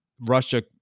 Russia